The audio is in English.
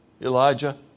Elijah